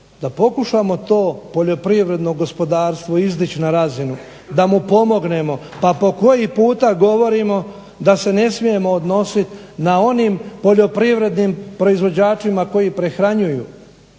da pokušamo to poljoprivredno gospodarstvo izdić na razinu da mu pomognemo. Pa po koji puta govorimo da se ne smijemo odnositi na onim poljoprivrednim proizvođačima koji prehranjuju